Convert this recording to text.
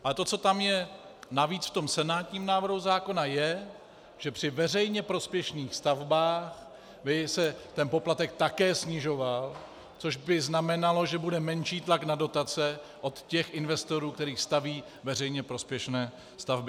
Ale to, co je navíc v tom senátním návrhu zákona, je, že při veřejně prospěšných stavbách by se ten poplatek také snižoval, což by znamenalo, že bude menší tlak na dotace od těch investorů, kteří staví veřejně prospěšné stavby.